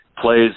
plays